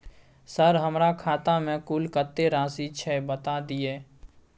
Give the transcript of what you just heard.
Sir हमरा खाता में कुल कत्ते राशि छै बता दिय?